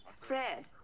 Fred